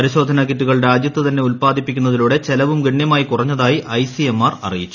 പരിശോധന കിറ്റുകൾ രാജ്യത്തുതന്നെ ഉല്പാദിപ്പിക്കുന്നതിലൂടെ ചെലവും ഗണ്യമായി കുറഞ്ഞതായി ഐ സി എം ആർ അറിയിച്ചു